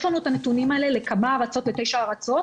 יש לנו את הנתונים לגבי תשע ארצות,